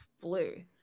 blue